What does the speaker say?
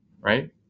right